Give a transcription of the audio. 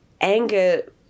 anger